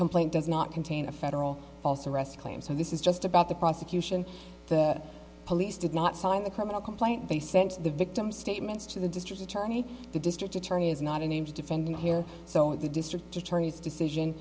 complaint does not contain a federal false arrest claim so this is just about the prosecution that police did not sign the criminal complaint they sent the victim statements to the district attorney the district attorney is not a name to defendant here so it's a district attorney's decision